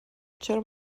چرا